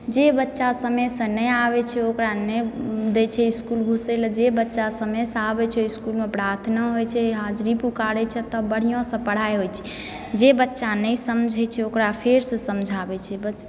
जे बच्चा समय सऽ नहि आबै छै ओकरा नहि दै छै इसकुल घुसै लऽ जे बच्चा समय सऽ आबै छै इसकुलमे प्रार्थनो होइ छै हाजरी पुकारै छै तब बढ़िऑं सऽ पढ़ाई होइ छै जे बच्चा नहि समझै छै ओकरा फेर सऽ समझाबै छै